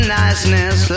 niceness